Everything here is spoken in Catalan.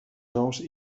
nous